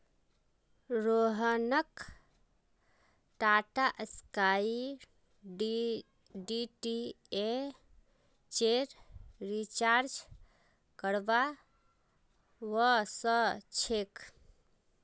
रोहनक टाटास्काई डीटीएचेर रिचार्ज करवा व स छेक